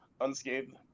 unscathed